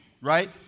right